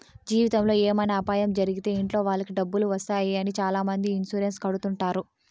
జీవితంలో ఏమైనా అపాయం జరిగితే ఇంట్లో వాళ్ళకి డబ్బులు వస్తాయి అని చాలామంది ఇన్సూరెన్స్ కడుతుంటారు